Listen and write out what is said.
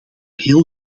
heel